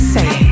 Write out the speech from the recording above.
Say